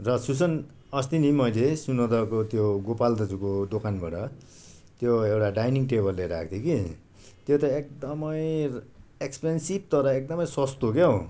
र सुसान अस्ति नि मैले सोनादाको त्यो गोपाल दाजुको दोकानबाट त्यो एउटा डाइनिङ टेबल लिएर आएको थिएँ कि त्यो त एकदमै एक्पेन्सिभ तर एकदमै सस्तो क्या हो